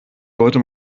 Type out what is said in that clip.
sollte